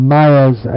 Maya's